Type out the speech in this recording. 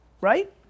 Right